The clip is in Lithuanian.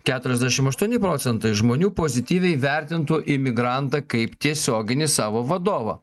keturiasdešim aštuoni procentai žmonių pozityviai vertintų imigrantą kaip tiesioginį savo vadovą